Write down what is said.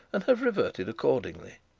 and have reverted accordingly.